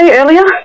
earlier